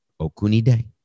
Okunide